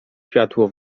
światło